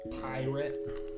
Pirate